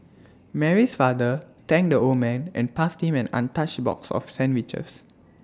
Mary's father thanked the old man and passed him an untouched box of sandwiches